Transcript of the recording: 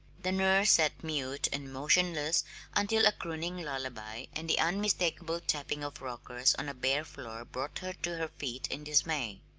the nurse sat mute and motionless until a crooning lullaby and the unmistakable tapping of rockers on a bare floor brought her to her feet in dismay.